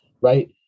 right